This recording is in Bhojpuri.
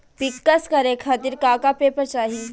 पिक्कस करे खातिर का का पेपर चाही?